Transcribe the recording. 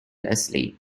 asleep